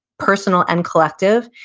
personal and collective,